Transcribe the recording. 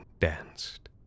danced